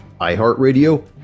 iHeartRadio